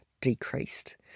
decreased